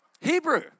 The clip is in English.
Hebrew